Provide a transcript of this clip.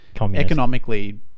economically